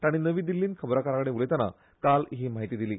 तांणी नवी दिल्लींत खबराकारा कडेन उलयतना काल ही म्हायती दिली